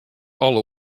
alle